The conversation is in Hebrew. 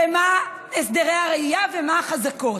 ומה הסדרי הראייה, ומה החזקות.